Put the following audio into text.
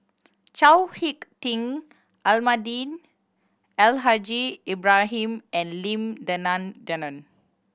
Chao Hick Tin Almahdi Al Haj Ibrahim and Lim Denan Denon